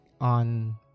on